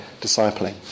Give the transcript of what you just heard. discipling